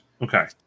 Okay